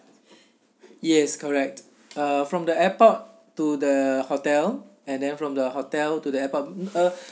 yes correct uh from the airport to the hotel and then from the hotel to the airport mm err